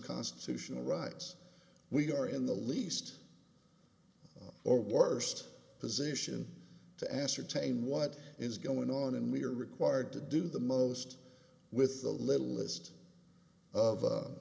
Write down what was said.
constitutional rights we are in the least or worst position to ascertain what is going on and we are required to do the most with the littlest of u